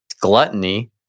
gluttony